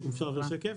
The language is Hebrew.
השקף